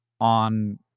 on